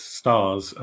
stars